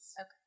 Okay